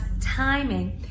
timing